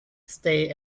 stay